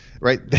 right